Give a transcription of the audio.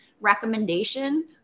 recommendation